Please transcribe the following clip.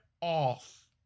off